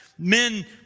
Men